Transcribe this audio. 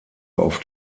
auf